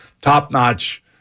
top-notch